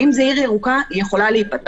ואם זו עיר ירוקה, היא יכולה להיפתח.